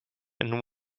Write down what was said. and